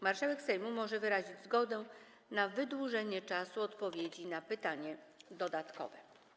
Marszałek Sejmu może wyrazić zgodę na wydłużenie czasu odpowiedzi na pytanie dodatkowe.